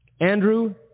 Andrew